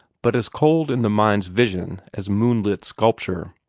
but as cold in the mind's vision as moonlit sculpture.